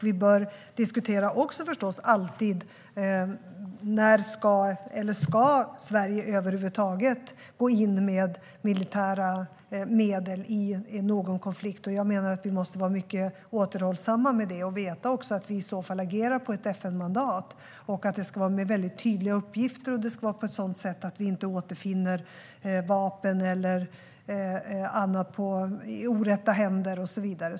Vi bör förstås också alltid diskutera om Sverige över huvud taget ska gå in med militära medel i någon konflikt. Jag menar att vi måste vara mycket återhållsamma med det och att vi i så fall måste veta att vi agerar på ett FN-mandat. Det ska vara tydliga uppgifter och på ett sådant sätt att vi inte återfinner vapen eller annat i orätta händer och så vidare.